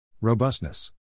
Robustness